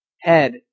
head